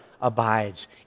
abides